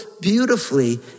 beautifully